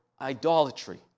idolatry